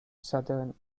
southern